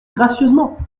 gracieusement